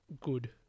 good